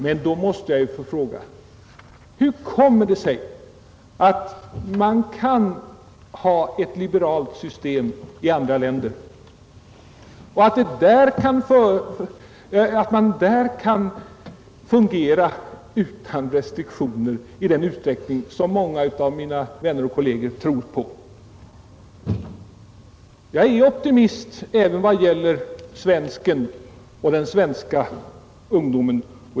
Men då måste jag fråga: Hur kommer det sig att i andra länder ett liberalt system kan fungera utan alla de restriktioner som många av mina vänner och kolleger tror på? Jag är optimist. Jag tror på den svenska ungdomen.